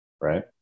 right